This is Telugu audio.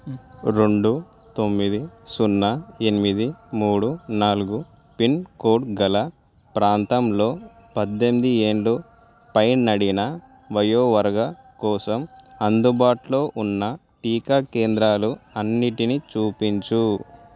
రెండు తొమ్మిది సున్నా ఎనిమిది మూడు నాలుగు పిన్కోడ్ గల ప్రాంతంలో పద్దెనిమిది ఏళ్ళ పైబడిన వయోవర్గ కోసం అందుబాటులో ఉన్న టీకా కేంద్రాలు అన్నింటిని చూపించు